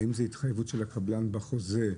האם זו התחייבות של הקבלן בחוזה,